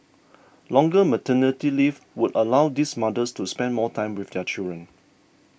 longer maternity leave would allow these mothers to spend more time with their children